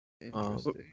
Interesting